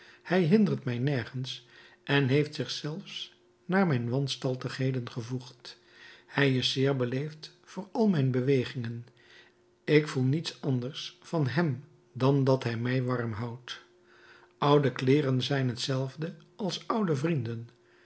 hij hindert mij nergens en heeft zich zelfs naar mijn wanstaltigheden gevoegd hij is zeer beleefd voor al mijn bewegingen ik voel niet anders van hem dan dat hij mij warm houdt oude kleederen zijn hetzelfde als oude vrienden